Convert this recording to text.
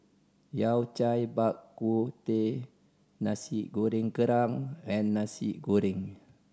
Yao Cai Bak Kut Teh Nasi Goreng Kerang and Nasi Goreng